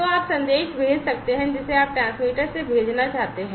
तो आप संदेश भेज सकते हैं जिसे आप ट्रांसमीटर से भेजना चाहते हैं